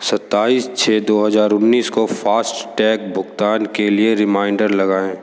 सत्ताईस छः दो हज़ार उन्नीस को फास्ट टैग भुगतान के लिए रिमाइंडर लगाएँ